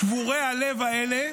שבורי הלב האלה,